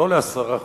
לא לעשרה חודשים,